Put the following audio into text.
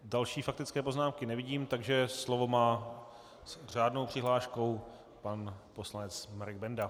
Další faktické poznámky nevidím, takže slovo má s řádnou přihláškou pan poslanec Marek Benda.